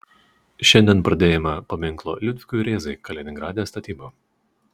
šiandien pradėjome paminklo liudvikui rėzai kaliningrade statybą